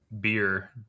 beer